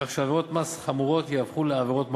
כך שעבירות מס חמורות יהפכו לעבירות מקור,